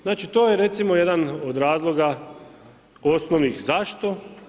Znači to je recimo jedan od razloga osnovnih zašto.